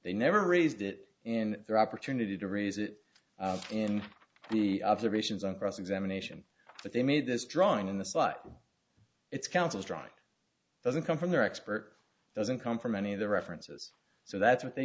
they never raised it in their opportunity to raise it in the observations on cross examination but they made this drawing in the slot it's councils drawing doesn't come from their expert doesn't come from any of the references so that's what they